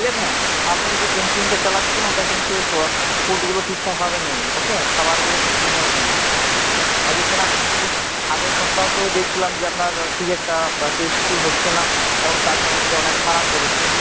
ঠিক আছে আপনি যে ক্যান্টিনটা চালাচ্ছেন ওটা কিন্তু ফুডগুলো ঠিকঠাকভাবে নেই ওকে খাবারগুলো ঠিকঠাকভাবে নেই আজকে খেলাম ঠিক নেই আগের সপ্তাহতেও দেখছিলাম যে আপনার ফ্রিজেরটা টেস্টফুল হচ্ছে না এখন তার সাথে সাথে অনেক খারাপ বেরোচ্ছে